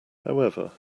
however